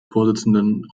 vorsitzenden